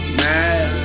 mad